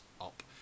up